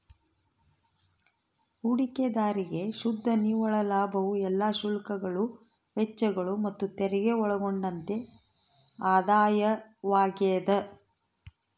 ಹೂಡಿಕೆದಾರ್ರಿಗೆ ಶುದ್ಧ ನಿವ್ವಳ ಲಾಭವು ಎಲ್ಲಾ ಶುಲ್ಕಗಳು ವೆಚ್ಚಗಳು ಮತ್ತುತೆರಿಗೆ ಒಳಗೊಂಡಂತೆ ಆದಾಯವಾಗ್ಯದ